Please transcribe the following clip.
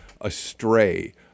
astray